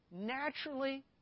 naturally